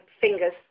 fingers